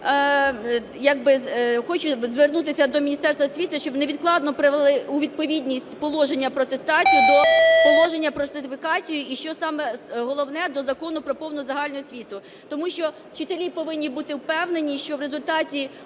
хочу звернутися до Міністерства освіти, щоб невідкладно привели у відповідність Положення про атестацію до Положення про сертифікацію і, що саме головне, до Закону про повну загальну освіту. Тому що вчителі повинні бути впевнені, що в результаті